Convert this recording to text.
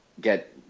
get